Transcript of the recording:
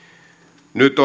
nyt